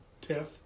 tiff